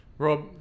Rob